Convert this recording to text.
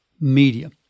media